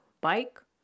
bike